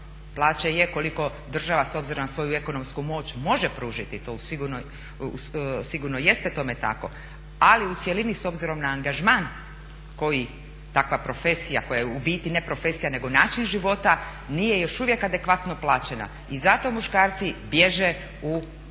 plaća je koliko država s obzirom na svoju ekonomsku moć može pružiti tu, sigurno jeste tome tako, ali u cjelini s obzirom na angažman koji takva profesija koja je u biti neprofesija nego način života nije još uvijek adekvatno plaćena. I zato muškarci bježe u